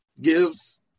gives –